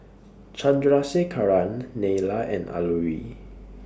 Chandrasekaran Neila and Alluri